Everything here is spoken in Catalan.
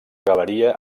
galeria